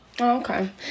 okay